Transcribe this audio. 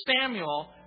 Samuel